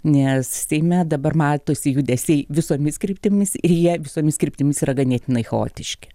nes seime dabar matosi judesiai visomis kryptimis ir jie visomis kryptimis yra ganėtinai chaotiški